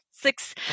six